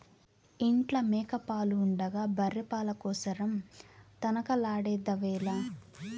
ఇంట్ల మేక పాలు ఉండగా బర్రె పాల కోసరం తనకలాడెదవేల